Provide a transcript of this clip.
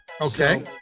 Okay